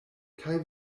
kaj